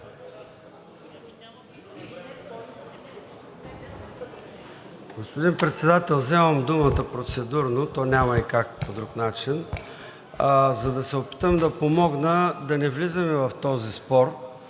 Господин Председател, вземам думата процедурно, то няма и как по друг начин, за да се опитам да помогна да не влизаме в този спор.